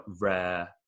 rare